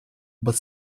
but